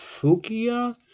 Fukia